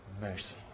mercy